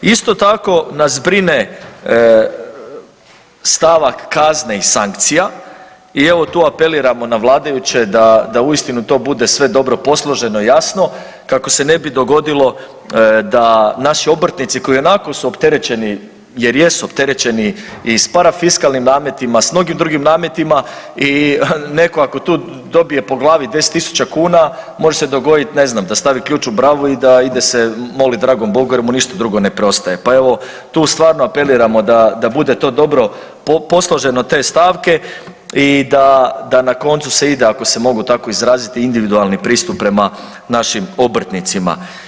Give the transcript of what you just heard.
Isto tako nas brine stavak kazne i sankcija i evo tu apeliramo na vladajuće da uistinu to bude sve dobro posloženo i jasno kako se ne bi dogodilo da naši obrtnici koji ionako su opterećeni jer jesu opterećeni i s parafiskalnim nametima, s mnogim drugim nametima i neko ako tu dobije po glavi 10 000 kn, može se dogoditi ne znam, da stavi ključ u bravu i da ide se molit dragom Bogu jer mu ništa drugo ne preostaje, pa evo, tu stvarno apeliramo da bude to dobro posloženo te stavke i da na koncu se ide ako se mogu tako izraziti, individualni pristup prema našim obrtnicima.